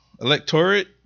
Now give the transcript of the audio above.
electorate